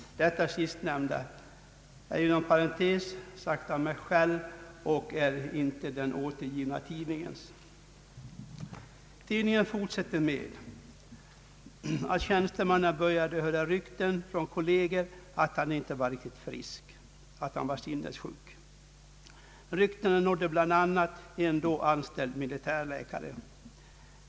Detta sistnämnda är sagt av mig och inte av den refererade tidningen. Enligt tidningen började tjänstemannen höra rykten från kolleger att han inte var riktigt frisk och att han var sinnessjuk. Ryktena nådde bl.a. en då anställd militärläkare.